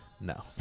No